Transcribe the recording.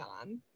on